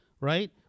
right